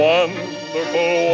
Wonderful